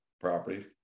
properties